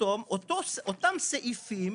אותם סעיפים